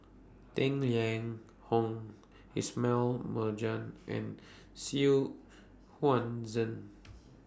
Tang Liang Hong Ismail Marjan and Xu Huan Zhen